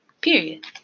Period